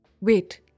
Wait